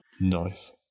Nice